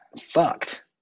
fucked